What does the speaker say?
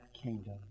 kingdom